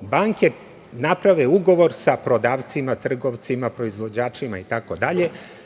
banke naprave ugovor sa prodavcima, trgovcima, proizvođačima itd. gde